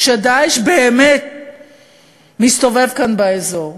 כש"דאעש" באמת מסתובב כאן באזור,